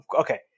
okay